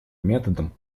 методам